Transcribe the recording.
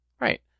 Right